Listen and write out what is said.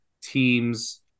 teams